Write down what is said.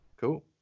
cool